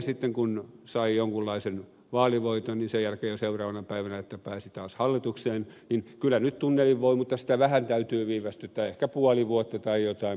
sitten kun keskusta sai jonkunlaisen vaalivoiton niin sen jälkeen jo seuraavana päivänä että pääsi taas hallitukseen totesi että kyllä nyt tunnelin voi tehdä mutta sitä vähän täytyy viivästyttää ehkä puoli vuotta tai jotain